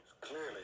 Clearly